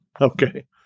Okay